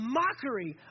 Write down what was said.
mockery